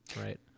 Right